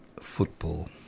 football